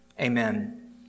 Amen